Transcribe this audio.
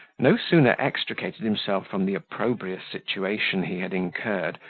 no sooner extricated himself from the opprobrious situation he had incurred,